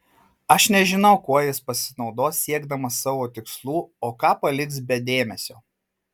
aš nežinau kuo jis pasinaudos siekdamas savo tikslų o ką paliks be dėmesio